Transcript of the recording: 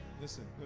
listen